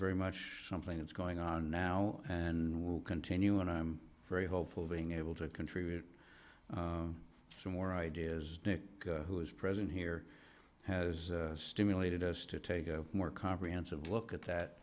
very much something that's going on now and will continue and i'm very hopeful of being able to contribute some more ideas dick who is present here has stimulated us to take a more comprehensive look at that